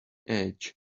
edge